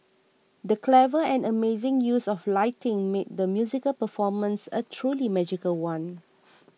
the clever and amazing use of lighting made the musical performance a truly magical one